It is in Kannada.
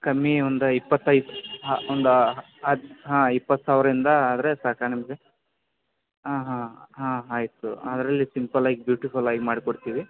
ಕಮ್ಮಿ ಒಂದು ಇಪ್ಪತೈದು ಹಾಂ ಒಂದು ಹತ್ತು ಹಾಂ ಇಪ್ಪತ್ತು ಸಾವಿರರಿಂದ ಆದರೆ ಸಾಕಾ ನಿಮಗೆ ಹಾಂ ಹಾಂ ಹಾಂ ಆಯಿತು ಅದರಲ್ಲಿ ಸಿಂಪಲ್ ಆಗಿ ಬ್ಯೂಟಿಫುಲ್ ಆಗಿ ಮಾಡಿಕೊಡ್ತಿವಿ